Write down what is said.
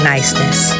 Niceness